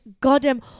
goddamn